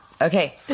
Okay